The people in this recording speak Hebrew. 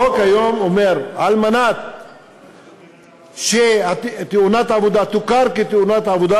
החוק היום אומר: על מנת שתאונת עבודה תוכר כתאונת עבודה,